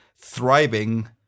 thriving